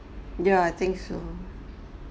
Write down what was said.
yeah I think so